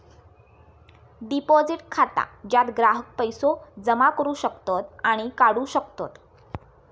deposit खाता ज्यात ग्राहक पैसो जमा करू शकतत आणि काढू शकतत